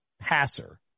passer